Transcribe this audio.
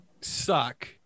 suck